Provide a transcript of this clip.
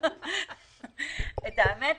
למען האמת,